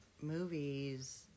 movies